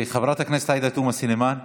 חברת הכנסת עאידה תומא סלימאן,